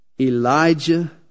Elijah